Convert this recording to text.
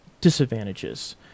disadvantages